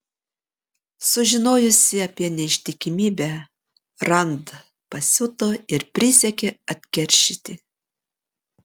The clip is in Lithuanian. sužinojusi apie neištikimybę rand pasiuto ir prisiekė atkeršyti